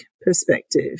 perspective